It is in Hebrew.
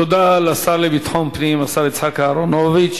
תודה לשר לביטחון פנים, השר יצחק אהרונוביץ.